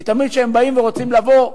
כי תמיד כשהם באים ורוצים לבוא,